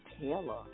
Taylor